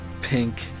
pink